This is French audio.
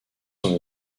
son